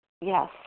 Yes